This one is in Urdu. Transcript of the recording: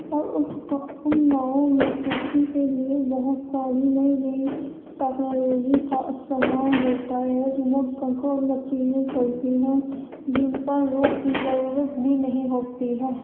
اور اس ان گاؤں میں کھیتی کے لیے بہت ساری نئی نئی ٹیکنالوجی کا استعمال ہوتا ہے ریموٹ کنٹرول مشینری چلتی ہے جن پر لوگ کی ضرورت بھی نہیں ہوتی ہے